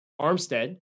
Armstead